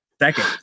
Second